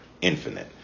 infinite